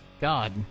God